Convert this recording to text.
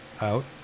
out